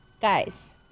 guys